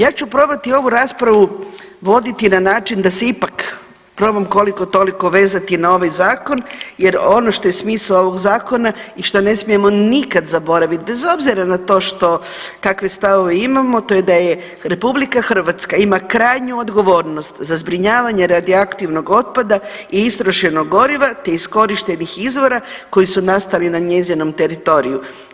Ja ću probati ovu raspravu voditi na način da se ipak probam koliko toliko vezati na ovaj zakon jer ono što je smisao ovog zakona i šta ne smijemo nikada zaboraviti bez obzira na to što, kakve stavove imamo to je da je RH ima krajnju odgovornost za zbrinjavanje radioaktivnog otpada i istrošenog goriva te iskorištenih izvora koji su nastali na njezinom teritoriju.